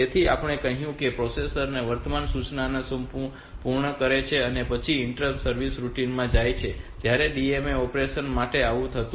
તેથી આપણે કહ્યું કે પ્રોસેસર વર્તમાન સૂચનાને પૂર્ણ કરે છે અને પછી તે ઇન્ટરપ્ટ સર્વિસ રુટિન માં જાય છે જ્યારે આ DMA ઑપરેશન માટે આવું નથી થતું